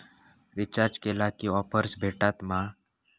Recharge केला की offers भेटात मा?